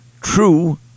true